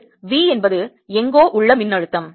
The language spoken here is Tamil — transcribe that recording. V என்பது எங்கோ உள்ள மின்னழுத்தம்